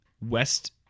west